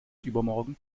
übermorgen